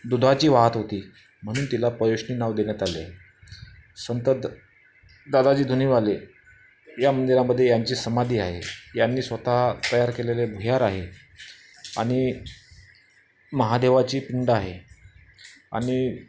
दुधाची वाहत होती म्हणून तिला पयोष्णी नाव देण्यात आले संत दादाजी धुनीवाले ह्या मंदिरामध्ये ह्यांची समाधी आहे यांनी स्वतः तयार केलेले भुयार आहे आणि महादेवाची पिंड आहे आणि